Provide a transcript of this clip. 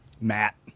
Matt